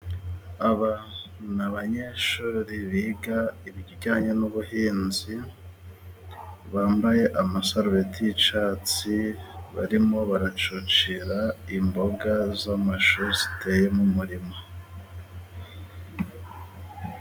Aba ni abanyeshuri biga ibijyanye n'ubuhinzi，bambaye amasarubeti y'icyatsi， barimo baracucira imboga z'amashu ziteye mu murima.